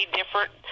different